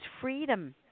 freedom